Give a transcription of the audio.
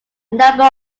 number